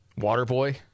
Waterboy